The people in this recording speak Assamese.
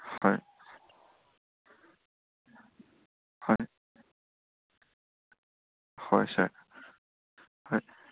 হয় হয় হয় ছাৰ হয়